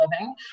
living